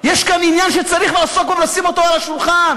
יש כאן עניין שצריך לעסוק בו ולשים אותו על השולחן.